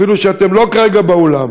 אפילו שכרגע אתם אינכם באולם: